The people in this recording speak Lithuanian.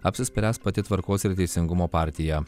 apsispręs pati tvarkos ir teisingumo partija